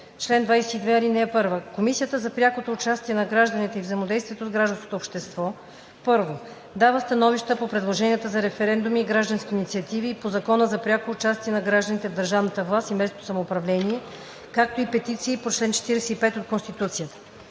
чл. 22: „Чл. 22. (1) Комисията за прякото участие на гражданите и взаимодействието с гражданското общество: 1. дава становища по предложенията за референдуми и граждански инициативи по Закона за пряко участие на гражданите в държавната власт и местното самоуправление, както и петиции по чл. 45 от Конституцията;